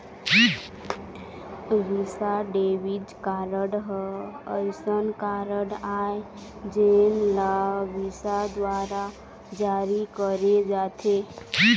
Visa debit card ह असइन card आय जेन ल विसा दुवारा जारी करे जाथे